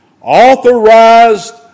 authorized